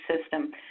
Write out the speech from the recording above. system